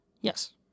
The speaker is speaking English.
Yes